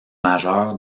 majeur